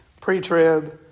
pre-trib